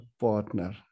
partner